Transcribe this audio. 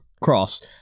cross